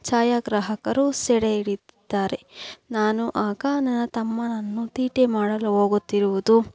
ಛಾಯಾಗ್ರಾಹಕರು ಸೆರೆ ಹಿಡಿದಿದ್ದಾರೆ ನಾನು ಆಗ ನನ್ನ ತಮ್ಮನನ್ನು ತೀಟೆ ಮಾಡಲು ಹೋಗುತ್ತಿರುವುದು